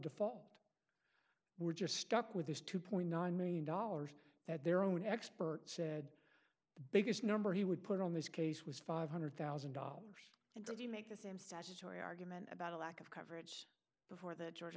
default we're just stuck with this two point nine million dollars that their own expert said the biggest number he would put on his case was five hundred thousand dollars and did you make the same statutory argument about a lack of coverage before the georg